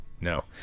No